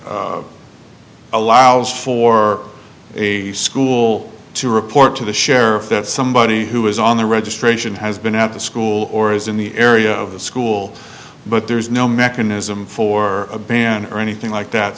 code allows for a school to report to the sheriff that somebody who is on the registration has been at the school or is in the area of the school but there's no mechanism for a ban or anything like that